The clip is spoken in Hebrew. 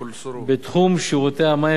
בתחום שירותי המים והביוב,